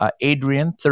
Adrian